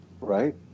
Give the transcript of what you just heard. Right